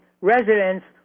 residents